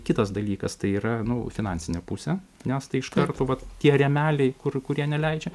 kitas dalykas tai yra nu finansinė pusė nes tai iš karto vat tie rėmeliai kur kurie neleidžia